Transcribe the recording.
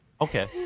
okay